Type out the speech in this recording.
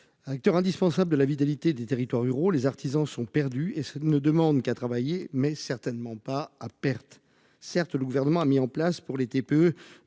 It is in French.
Acteur indispensable de la vie délité des territoires ruraux. Les artisans sont perdues et ne demandent qu'à travailler, mais certainement pas à perte. Certes le gouvernement a mis en place pour les TPE